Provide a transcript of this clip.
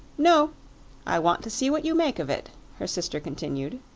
no i want to see what you make of it, her sister continued.